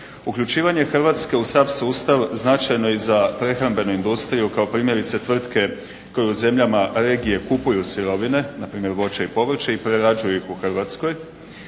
Uključivanje Hrvatske u SAP sustav značajno je za prehrambenu industriju kao primjerice tvrtke koje u zemljama regije kupuju sirovine npr. voće i povrće i prerađuju ih u Hrvatskoj.